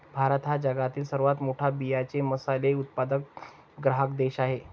भारत हा जगातील सर्वात मोठा बियांचे मसाले उत्पादक ग्राहक देश आहे